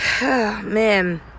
Man